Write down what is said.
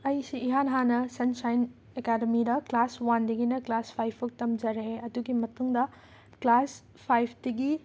ꯑꯩꯁꯤ ꯏꯍꯥꯟ ꯍꯥꯟꯅ ꯁꯟꯁꯥꯏꯟ ꯑꯦꯀꯥꯗꯃꯤꯗ ꯀ꯭ꯂꯥꯁ ꯋꯥꯟꯗꯒꯤꯅ ꯀ꯭ꯂꯥꯁ ꯐꯥꯏꯞꯐꯧ ꯇꯝꯖꯔꯛꯑꯦ ꯑꯗꯨꯒꯤ ꯃꯇꯨꯡꯗ ꯀ꯭ꯂꯥꯁ ꯐꯥꯏꯐꯇꯒꯤ